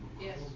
Yes